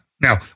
Now